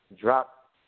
drop